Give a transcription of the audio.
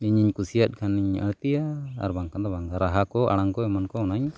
ᱤᱧᱤᱧ ᱠᱩᱥᱤᱭᱟᱜ ᱠᱷᱟᱱᱤᱧ ᱟᱹᱲᱛᱤᱭᱟ ᱟᱨ ᱵᱟᱝᱠᱷᱟᱱ ᱫᱚ ᱵᱟᱝ ᱨᱟᱦᱟ ᱠᱚ ᱟᱲᱟᱝ ᱠᱚ ᱚᱱᱟᱧ